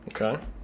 okay